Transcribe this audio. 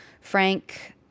frank